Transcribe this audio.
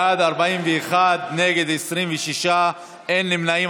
בעד, 41, נגד, 26, אין נמנעים.